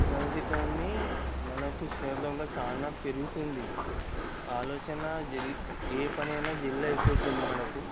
టెక్నాలజితో మనకు చాలా పెరుగుతుంది ఆలోచన ఏ పనైనా జల్ది అయిపోతుంది మనకు